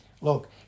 look